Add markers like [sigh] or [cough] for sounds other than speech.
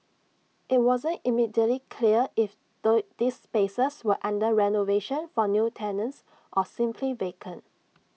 IT wasn't immediately clear if [unintelligible] these spaces were under renovation for new tenants or simply vacant